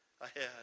ahead